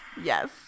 Yes